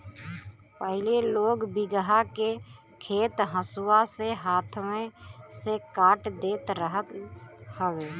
पहिले लोग बीघहा के खेत हंसुआ से हाथवे से काट देत रहल हवे